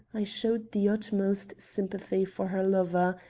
i showed the utmost sympathy for her lover,